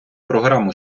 програму